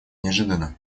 неожиданно